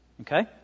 Okay